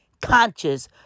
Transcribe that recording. conscious